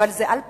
אבל זה על פניו,